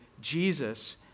Jesus